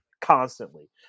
constantly